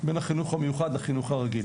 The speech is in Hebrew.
בין החינוך המיוחד לחינוך הרגיל.